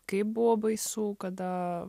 kaip buvo baisu kada